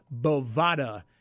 Bovada